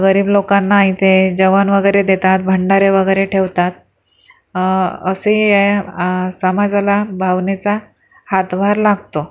गरीब लोकांना इथे जेवण वगैरे देतात भंडारे वगैरे ठेवतात असे हे समाजाला भावनेचा हातभार लागतो